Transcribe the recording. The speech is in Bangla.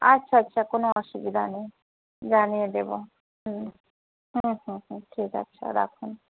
আচ্ছা আচ্ছা কোনো অসুবিধা নেই জানিয়ে দেবো হুম হুম হুম হুম ঠিক আছে রাখুন